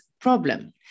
problem